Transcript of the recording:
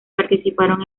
participaron